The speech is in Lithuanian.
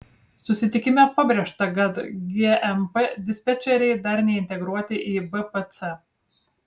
susitikime pabrėžta kad gmp dispečeriai dar neintegruoti į bpc